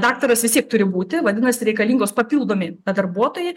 daktaras vis tiek turi būti vadinasi reikalingos papildomi darbuotojai